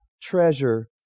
treasure